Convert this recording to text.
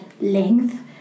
length